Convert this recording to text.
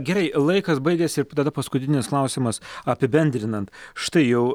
gerai laikas baigiasi ir tada paskutinis klausimas apibendrinant štai jau